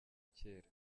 kera